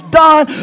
done